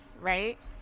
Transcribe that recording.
right